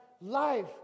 life